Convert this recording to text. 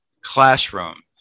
classroom